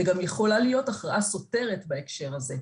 וגם יכולה להיות הכרעה סותרת בהקשר הזה.